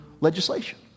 legislation